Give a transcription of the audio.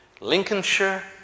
Lincolnshire